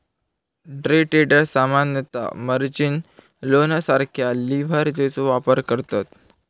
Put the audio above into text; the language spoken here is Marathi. डे ट्रेडर्स सामान्यतः मार्जिन लोनसारख्या लीव्हरेजचो वापर करतत